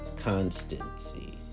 Constancy